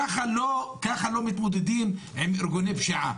ככה לא מתמודדים עם ארגוני פשיעה.